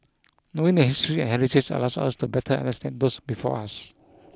knowing their history and heritage allows us to better understand those before us